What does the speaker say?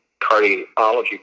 cardiology